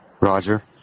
Roger